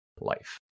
life